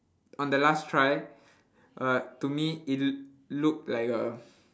on the last try uh to me it looked like a